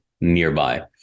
nearby